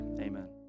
amen